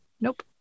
Nope